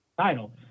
title